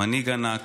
מנהיג ענק,